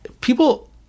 people